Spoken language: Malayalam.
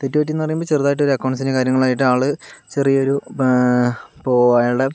തെറ്റ് പറ്റി എന്ന് പറയുമ്പോൾ ചെറുതായിട്ട് ഒരു അക്കൗണ്ട്സിൻ്റെ കാര്യങ്ങളായിട്ട് ആള് ചെറിയൊരു ഇപ്പോൾ അയാളുടെ